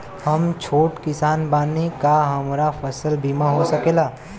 हम छोट किसान बानी का हमरा फसल बीमा हो सकेला?